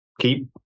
keep